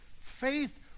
faith